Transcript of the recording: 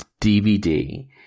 DVD